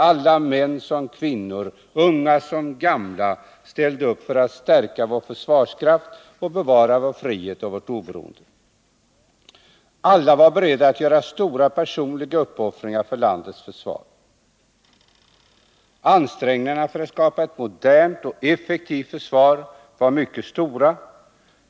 Alla, män som kvinnor, unga som gamla, ställde upp för att stärka vår försvarskraft och bevara vår frihet och vårt oberoende. Alla var beredda att göra stora personliga uppoffringar för landets försvar. Ansträngningarna att skapa ett modernt och effektivt försvar var mycket stora.